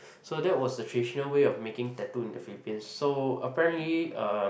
so that was the traditional way of making tattoo in the Philippines so apparently uh